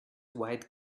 wide